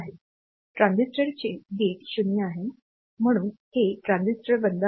ट्रान्झिस्टरचे गेट 0 आहे म्हणून हे ट्रान्झिस्टर बंद आहे